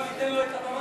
לא ניתן לו את הבמה?